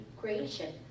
creation